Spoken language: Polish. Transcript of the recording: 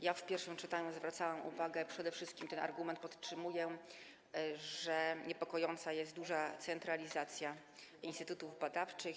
Ja w pierwszym czytaniu zwracałam uwagę przede wszystkim, i ten argument podtrzymuję, że niepokojąca jest tak duża centralizacja instytutów badawczych.